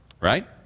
right